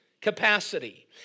capacity